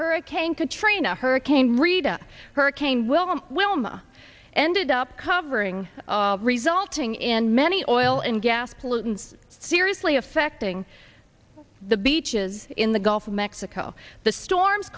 hurricane katrina hurricane rita hurricane wilma wilma ended up covering resulting in many oil and gas pollutants seriously affecting the beaches in the gulf of mexico the storms